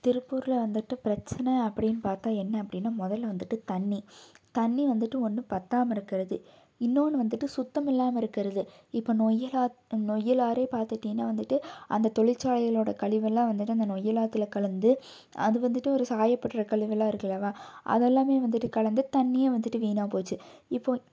திருப்பூரில் வந்துட்டு பிரச்சனை அப்பிடின்னு பார்த்தா என்ன அப்படின்னா முதலில் வந்துட்டு தண்ணி தண்ணி வந்துட்டு ஒன்று பத்தாமல் இருக்கிறது இன்னொன்னு வந்துட்டு சுத்தம் இல்லாமல் இருக்கிறது இப்போ நொய்யலாத்து நொய்யல் ஆறு பார்த்துட்டின்னா வந்துட்டு அந்த தொழிற்சலைகளோட கழிவெல்லாம் வந்துட்டு அந்த நொய்யல் ஆற்றுல கலந்து அது வந்துட்டு ஒரு சாயப்பட்டற கழிவு எல்லாம் இருக்குது அல்லவா அது எல்லாம் வந்துட்டு கலந்து தண்ணி வந்துட்டு வீணாக போச்சு இப்போது